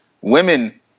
women